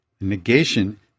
Negation